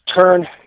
turn